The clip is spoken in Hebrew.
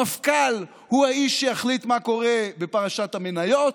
המפכ"ל הוא האיש שיחליט מה קורה בפרשת המניות.